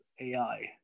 AI